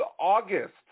August